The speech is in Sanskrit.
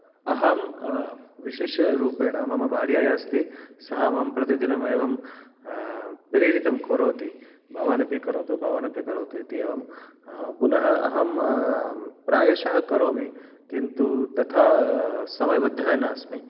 अहं विशिष्यरूपेण मम भार्या या अस्ति सा मां प्रतिदिनम् एवं प्रेरितं करोति भवान् अपि करोतु भवान् अपि करोतु इति एवम् पुनः अहं प्रायशः करोमि किन्तु तथा समयबद्धः नास्मि